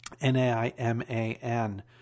N-A-I-M-A-N